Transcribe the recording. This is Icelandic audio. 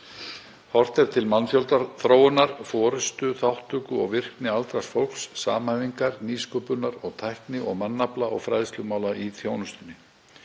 Horft er til mannfjöldaþróunar, forystu, þátttöku og virkni aldraðs fólks, samhæfingar, nýsköpunar og tækni og mannafla og fræðslumála í þjónustunni.